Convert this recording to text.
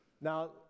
Now